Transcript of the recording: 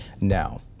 Now